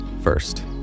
first